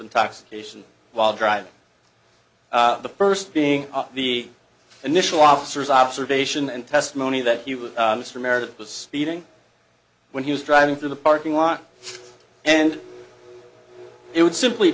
intoxication while driving the first being the initial officers observation and testimony that he would use for meredith was speeding when he was driving through the parking lot and it would simply